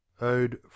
Ode